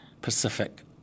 Pacific